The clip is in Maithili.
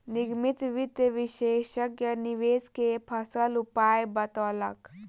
निगमित वित्त विशेषज्ञ निवेश के सरल उपाय बतौलक